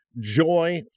Joy